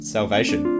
Salvation